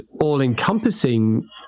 all-encompassing